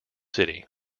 city